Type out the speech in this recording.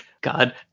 god